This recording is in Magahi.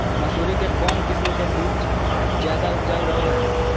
मसूरी के कौन किस्म के बीच ज्यादा उपजाऊ रहो हय?